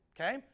okay